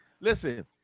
Listen